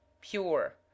pure